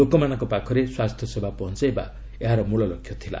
ଲୋକମାନଙ୍କ ପାଖରେ ସ୍ୱାସ୍ଥ୍ୟସେବା ପହଞ୍ଚାଇବା ଏହାର ମଳଲକ୍ଷ୍ୟ ଥିଲା